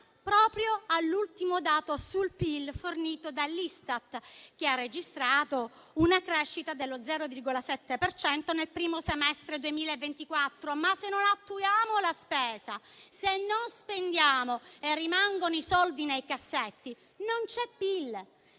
proprio all'ultimo dato sul PIL fornito dall'Istat, che ha registrato una crescita dello 0,7 per cento nel primo semestre del 2024. Se però non attuiamo la spesa, non spendiamo e rimangono i soldi nei cassetti, non ci sono